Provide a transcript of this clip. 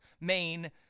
Maine